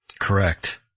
Correct